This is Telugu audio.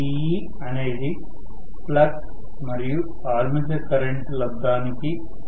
Teఅనేది ఫ్లక్స్ మరియు ఆర్మేచర్ కరెంటు లబ్దానికి అనులోమానుపాతం లో ఉంటుంది